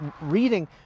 reading